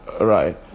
Right